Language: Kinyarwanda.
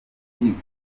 urukiko